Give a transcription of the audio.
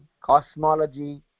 cosmology